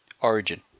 origin